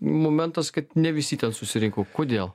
momentas kad ne visi ten susirinko kodėl